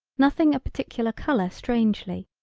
nothing a particular color strangely,